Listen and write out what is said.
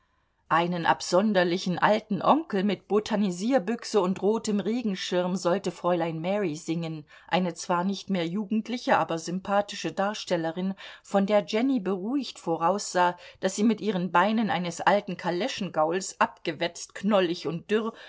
einen absonderlichen alten onkel mit botanisierbüchse und rotem regenschirm sollte fräulein mary singen eine zwar nicht mehr jugendliche aber sympathische darstellerin von der jenny beruhigt voraussah daß sie mit ihren beinen eines alten kaleschengauls abgewetzt knollig und dürr